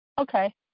Okay